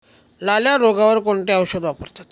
लाल्या रोगावर कोणते औषध वापरतात?